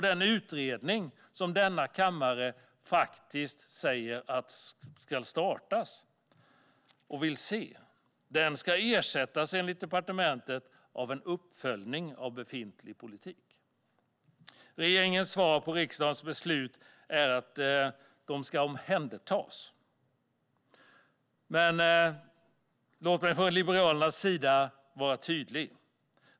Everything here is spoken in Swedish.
Den utredning som denna kammare vill ha tillsatt ska enligt departementet ersättas av en uppföljning av befintlig politik. Regeringens svar på riksdagens beslut är att de ska omhändertas. Låt mig från Liberalernas sida vara tydlig!